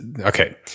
okay